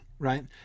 Right